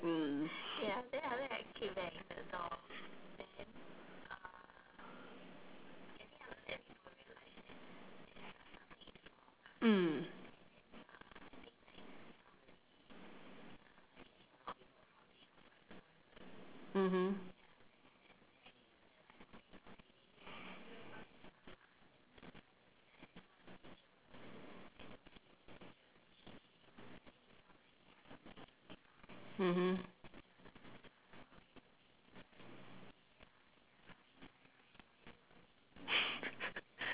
mm mmhmm mmhmm